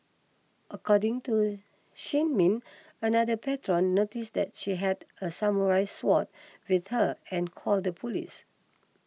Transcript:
according to Shin Min another patron noticed that she had a samurai sword with her and called the police